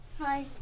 Hi